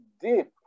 deep